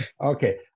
Okay